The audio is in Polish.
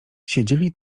siedzieli